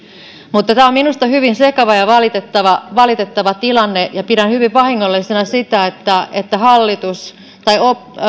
mutta tämä on minusta hyvin sekava ja valitettava valitettava tilanne ja pidän hyvin vahingollisena sitä että että